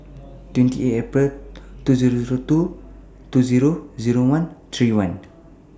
twenty eight April two Zero Zero two two Zero Zero one three one